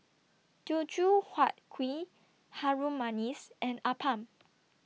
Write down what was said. Teochew Huat Kuih Harum Manis and Appam